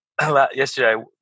Yesterday